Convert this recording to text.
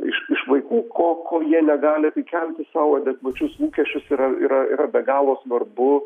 iš iš vaikų ko ko jie negali tai kelti sau adekvačius lūkesčius yra yra yra be galo svarbu